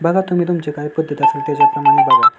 बघा तुम्ही तुमची काय पद्धती असेल त्याच्याप्रमाणे बघा